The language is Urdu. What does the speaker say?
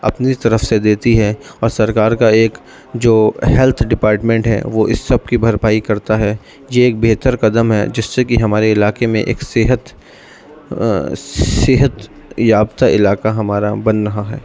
اپنی طرف سے دیتی ہے اور سرکار کا ایک جو ہیلتھ ڈپاٹمنٹ ہے وہ اس سب کی بھرپائی کرتا ہے یہ ایک بہتر قدم ہے جس سے کہ ہمارے علاقے میں ایک صحت صحت یافتہ علاقہ ہمارا بن رہا ہے